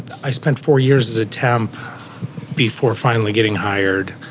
i spent four years as a temp before finally getting hired,